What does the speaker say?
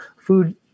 food